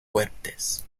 fuertes